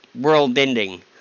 world-ending